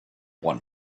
one